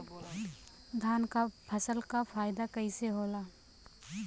धान क फसल क फायदा कईसे होला?